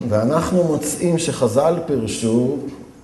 ואנחנו מוצאים שחז״ל פרשו